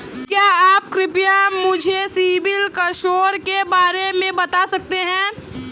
क्या आप कृपया मुझे सिबिल स्कोर के बारे में बता सकते हैं?